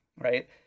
right